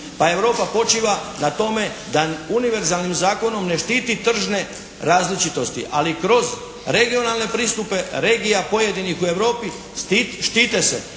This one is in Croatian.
Pa Europa počiva na tome da univerzalnim zakonom ne štiti tržne različitosti ali kroz regionalne pristupe regija pojedinih u Europi štite se